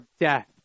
death